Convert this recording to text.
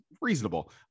reasonable